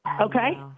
okay